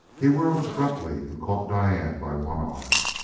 he whirled abruptly and caught diane by one arm.